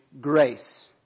grace